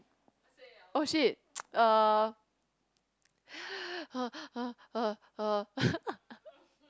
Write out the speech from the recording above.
oh shit err err err err err